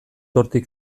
hortik